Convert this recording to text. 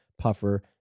puffer